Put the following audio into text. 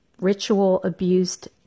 ritual-abused